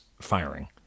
firing